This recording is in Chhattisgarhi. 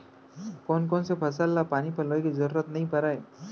कोन कोन से फसल ला पानी पलोय के जरूरत नई परय?